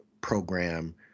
program